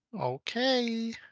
Okay